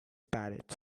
parrots